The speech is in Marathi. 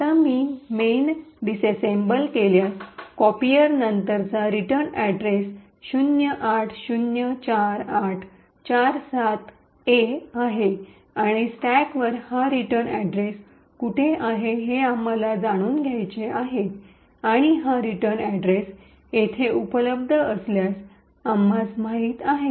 आता मी मेन डिसेसेबल केल्यास कॉपीयर नंतरचा रिटर्न अड्रेस 0804847A आहे आणि स्टॅकवर हा रिटर्न अड्रेस कुठे आहे हे आम्हाला जाणून घ्यायचे आहे आणि हा रिटर्न अड्रेस येथे उपलब्ध असल्याचे आम्हास माहित आहे